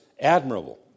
admirable